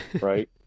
Right